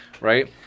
right